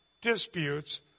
disputes